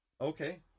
Okay